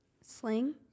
Sling